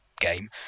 game